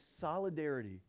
solidarity